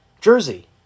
jersey